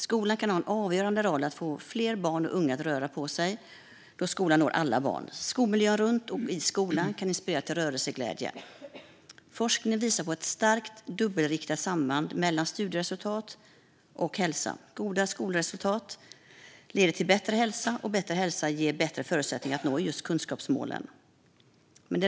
Skolan kan ha en avgörande roll för att få fler barn och unga att röra på sig då skolan når alla barn. Skolmiljön runt och i skolan kan inspirera till rörelseglädje. Forskning visar på ett starkt dubbelriktat samband mellan studieresultat och hälsa. Goda skolresultat leder till bättre hälsa, och bättre hälsa ger bättre förutsättningar att nå kunskapsmålen.